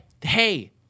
hey-